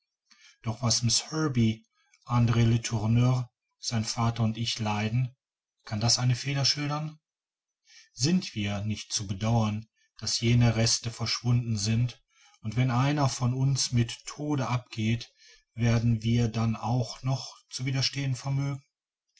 doch was miß herbey andre letourneur sein vater und ich leiden kann das eine feder schildern sind wir nicht zu bedauern daß jene reste verschwunden sind und wenn einer von uns mit tode abgeht werden wir dann auch noch zu widerstehen vermögen